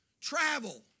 Travel